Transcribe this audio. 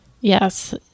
Yes